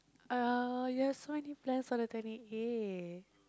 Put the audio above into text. uh you have so many plans on the twenty eighth